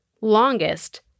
longest